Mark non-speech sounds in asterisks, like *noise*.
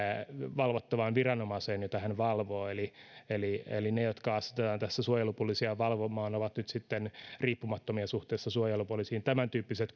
valvottavaan viranomaiseen jota hän valvoo eli eli ne jotka asetetaan tässä suojelupoliisia valvomaan ovat nyt sitten riippumattomia suhteessa suojelupoliisiin tämäntyyppiset *unintelligible*